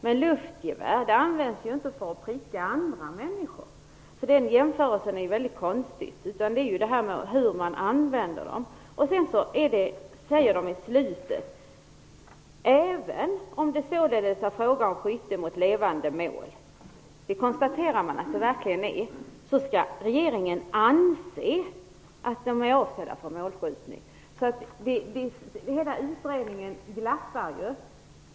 Men luftgevär används ju inte för att pricka andra människor, så den jämförelsen är väldigt konstig. Det väsentliga är ju hur man använder dem. I slutet av propositionen sägs att även om det således är fråga om skytte mot levande mål - det konstaterar man att det verkligen är - skall regeringen anse paintball-vapnen är avsedda för målskjutning. Hela utredningen glappar ju.